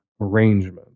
arrangement